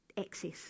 access